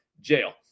jail